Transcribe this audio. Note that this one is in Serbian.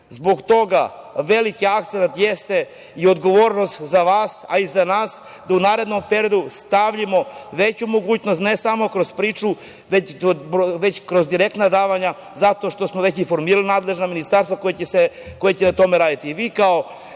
toga, veliki akcenat i odgovornost je za vas, a i za nas, da u narednom periodu ostavimo veću mogućnost, ne samo kroz priču, već kroz direktna davanja, zato što smo već i formirali nadležna ministarstva koja će na tome raditi. Vi ste